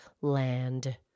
land